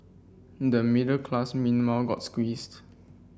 the middle class meanwhile got squeezed